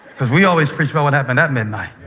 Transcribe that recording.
we always preach about what happened at midnight,